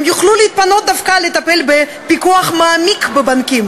יוכלו להתפנות דווקא לטפל בפיקוח מעמיק בבנקים